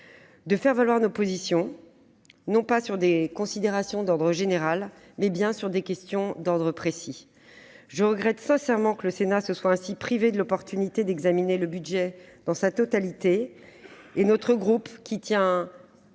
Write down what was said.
de faire valoir nos positions, non pas sur des considérations d'ordre général, mais sur des questions bien précises. Je regrette sincèrement que le Sénat se soit ainsi privé de l'occasion d'examiner le budget dans sa totalité. Notre groupe, qui tient